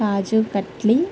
kaju katli